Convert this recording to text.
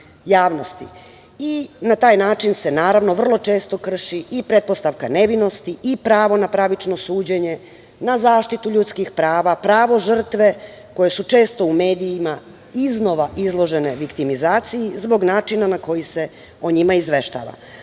i na taj način se naravno vrlo često krši i pretpostavka nevinosti i pravo na pravično suđenje na zaštitu ljudskih prava, pravo žrtve koje su često u medijima iznova izložene viktimizaciji, zbog načina na koji se o njima izveštava. To